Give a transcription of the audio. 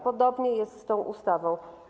Podobnie jest z tą ustawą.